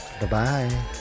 Bye-bye